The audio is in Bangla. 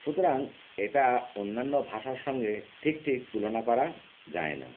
সুতরাং এটা অন্যান্য ভাষার সঙ্গে ঠিক ঠিক তুলনা করা যায় না